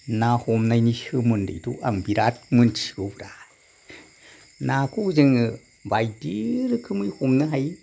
ना हमनायनि सोमोन्दैथ' आं बिराद मोन्थिगौब्रा नाखौ जोङो बायदि रोखोमै हमनो हायो